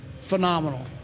phenomenal